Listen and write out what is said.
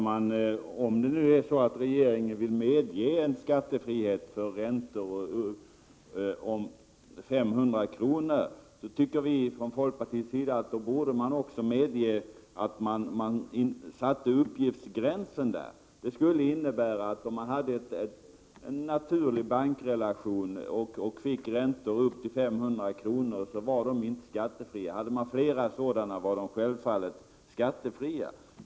Herr talman! Om regeringen vill medge en skattefrihet för räntor om 500 kr. tycker vi från folkpartiets sida att man borde medge att uppgiftsgränsen sätts där. Det skulle innebära att om man hade en naturlig bankrelation och fick räntor på upp till 500 kr. skulle de inte vara skattefria. Om man hade flera sådana var de självfallet skattepliktiga.